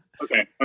okay